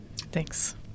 Thanks